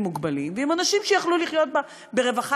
מוגבלים ועם אנשים שיכלו לחיות בה ברווחה,